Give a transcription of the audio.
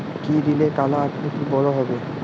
কি দিলে কলা আকৃতিতে বড় হবে?